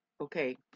okay